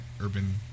urban